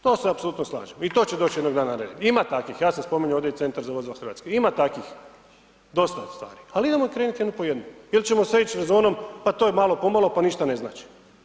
To se apsolutno slažem i to će doći jednog dana na red, ima takvih, ja sam spominjao ovdje i Centra za vozila Hrvatske, ima takvih dosta stvari ali idemo krenut jednu po jednu ili ćemo sve ić rezonom, pa to je malo po malo pa ništa ne znači.